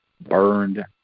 burned